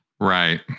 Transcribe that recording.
Right